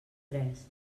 tres